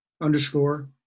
underscore